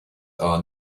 are